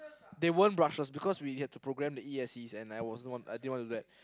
they weren't brushes because we had to program the E_S_C and I also want I didn't want do that